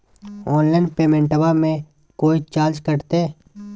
Online पेमेंटबां मे कोइ चार्ज कटते?